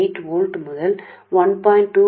8 వోల్ట్ల నుండి 1